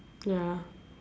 ya